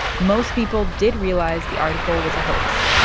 most people did realize the article was a hoax,